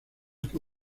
que